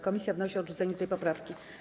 Komisja wnosi o odrzucenie tej poprawki.